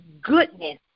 goodness